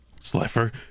Slifer